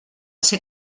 ser